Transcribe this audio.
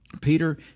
Peter